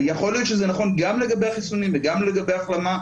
יכול להיות שזה נכון גם לגבי החיסונים וגם לגבי ההחלמה,